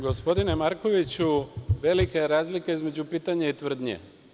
Gospodine Markoviću, velika je razlika između pitanja i tvrdnje.